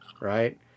right